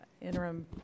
Interim